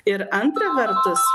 ir antra vertus